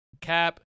Cap